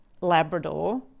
Labrador